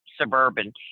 suburban